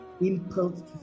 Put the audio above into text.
impulse